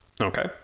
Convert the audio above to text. Okay